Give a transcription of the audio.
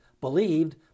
believed